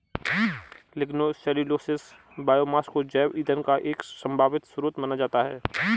lignocellulosic biomass को जैव ईंधन का एक संभावित स्रोत माना जाता है